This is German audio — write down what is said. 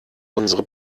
unsere